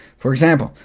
for example,